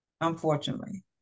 Unfortunately